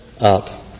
up